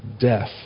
Death